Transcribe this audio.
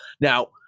Now